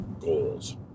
goals